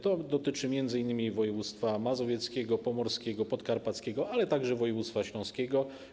To dotyczy m.in. województw mazowieckiego, pomorskiego, podkarpackiego, ale także województwa śląskiego.